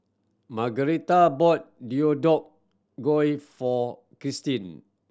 Margueritta bought Deodeok Gui for Kristin